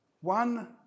one